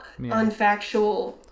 unfactual